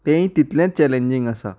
तेंय तितलेंत चॅलेंजींग आसा